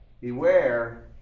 Beware